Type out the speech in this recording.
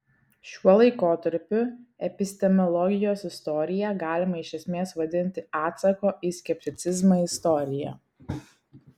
šiuo laikotarpiu epistemologijos istoriją galima iš esmės vadinti atsako į skepticizmą istorija